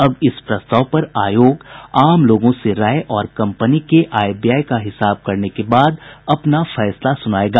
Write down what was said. अब इस प्रस्ताव पर आयोग आम लोगों से राय और कंपनी के आय व्यय का हिसाब करने के बाद अपना फैसला सुनायेगा